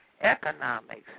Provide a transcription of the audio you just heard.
economics